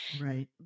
Right